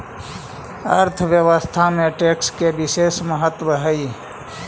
अर्थव्यवस्था में टैक्स के बिसेस महत्व हई